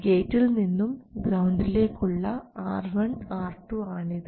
ഗേറ്റിൽ നിന്നും ഗ്രൌണ്ടിലേക്ക് ഉള്ള R1 R2 ആണിത്